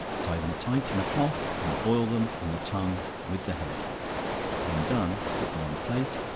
tie them tight in a cloth, and boil them and the tongue with the head when done put them on a plate,